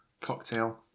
cocktail